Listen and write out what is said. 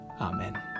Amen